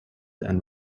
and